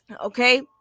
Okay